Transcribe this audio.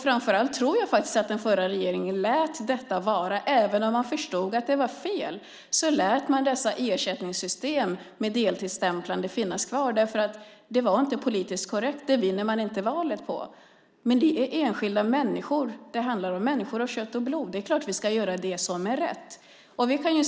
Framför allt tror jag faktiskt att den förra regeringen lät detta vara. Även om man förstod att det var fel lät man dessa ersättningssystem med deltidsstämplande finnas kvar därför att det inte var politiskt korrekt - det vinner man inte valet på. Men det är enskilda människor det handlar om, människor av kött och blod. Det är klart att vi ska göra det som är rätt.